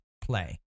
play